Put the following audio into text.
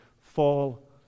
fall